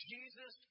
Jesus